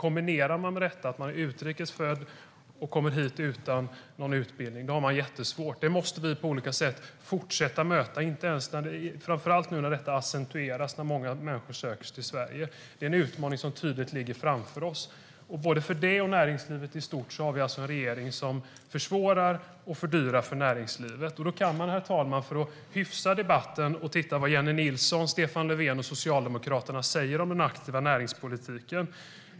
Kombinerar man detta, det vill säga om man är utrikes född och kommer hit utan någon utbildning, har man det jättesvårt. Detta måste vi på olika sätt fortsätta möta, framför allt nu när det accentueras i och med att många människor söker sig till Sverige. Det är en utmaning som tydligt ligger framför oss. Både i fråga om detta och för näringslivet i stort har vi en regering som försvårar och fördyrar för näringslivet. För att hyfsa debatten, herr talman, kan man titta på vad Jennie Nilsson, Stefan Löfven och Socialdemokraterna säger om den aktiva näringspolitiken.